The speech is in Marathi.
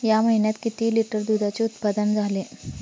या महीन्यात किती लिटर दुधाचे उत्पादन झाले?